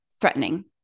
threatening